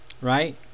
right